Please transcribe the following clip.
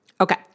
Okay